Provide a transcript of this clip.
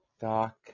Doc